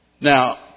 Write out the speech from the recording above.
Now